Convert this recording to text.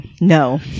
no